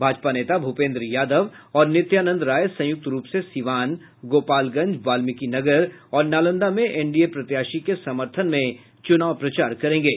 भाजपा नेता भूपेन्द्र यादव और नित्यानंद राय संयुक्त रूप से सीवान गोपालगंज वाल्मिकीनगर और नालंदा में एनडीए प्रत्याशी के सम्थन में चुनाव प्रचार करेंगे